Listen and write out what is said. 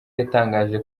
yatangaje